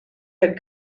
had